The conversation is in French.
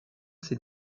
ses